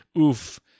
Oof